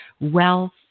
wealth